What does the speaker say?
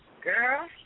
Girl